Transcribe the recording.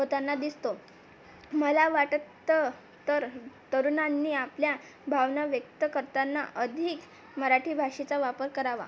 होताना दिसतो मला वाटतं तर तरुणांनी आपल्या भावना व्यक्त करताना अधिक मराठी भाषेचा वापर करावा